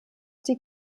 die